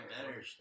better